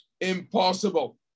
impossible